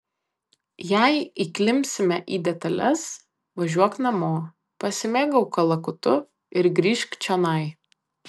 jei įklimpsime į detales važiuok namo pasimėgauk kalakutu ir grįžk čionai